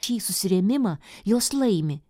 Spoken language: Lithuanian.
šį susirėmimą jos laimi